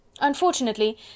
Unfortunately